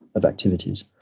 of activities.